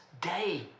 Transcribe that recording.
day